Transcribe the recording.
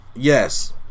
Yes